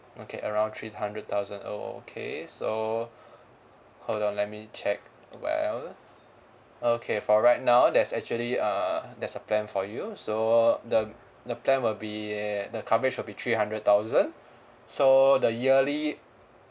okay around three hundred thousand okay so hold on let me check a while okay for right now there's actually err there's a plan for you so the the plan will be the coverage will be three hundred thousand so the yearly